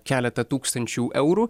keletą tūkstančių eurų